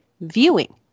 viewing